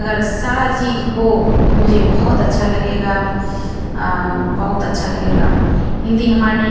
अगर सारी चीज़ हो तो मुझे बहुत अच्छा लगेगा बहुत अच्छा लगेगा हिन्दी हमारी